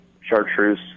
chartreuse